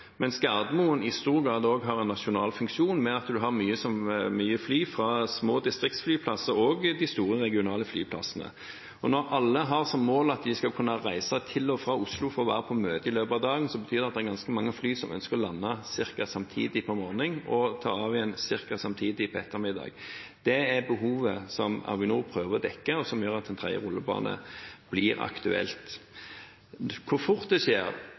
mens Gardermoen i stor grad også har en nasjonal funksjon med at den har mange flygninger fra små distriktsflyplasser og fra de store regionale flyplassene. Når alle har som mål at de skal kunne reise til og fra Oslo for å være på møter i løpet av dagen, betyr det at det er ganske mange fly som ønsker å lande ca. samtidig på morgenen og ta av igjen ca. samtidig på ettermiddagen. Det er behovet som Avinor prøver å dekke, og som gjør at en tredje rullebane blir aktuell. Hvor fort det skjer